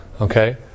Okay